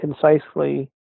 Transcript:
concisely